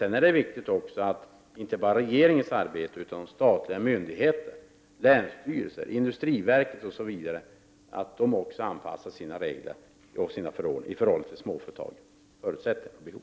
Det är viktigt att inte bara regeringen i sitt arbete, utan även statliga myndigheter, länsstyrelser, industriverket osv., anpassar sina regler och förordningar till småföretagens förutsättningar och behov.